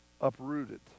uprooted